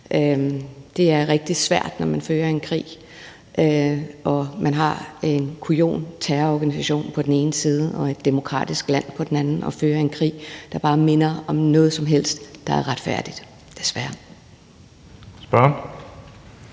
Det er rigtig svært, når man har en kujonagtig terrororganisation på den ene side og et demokratisk land på den anden, at føre en krig, der bare minder om noget som helst, der er retfærdigt – desværre. Kl.